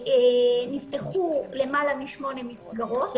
נפתחו למעלה משמונה מסגרות -- מכסות,